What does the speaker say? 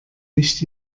nicht